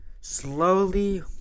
slowly